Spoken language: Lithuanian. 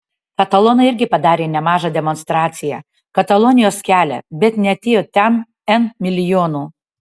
katalonai irgi padarė nemažą demonstraciją katalonijos kelią bet neatėjo ten n milijonų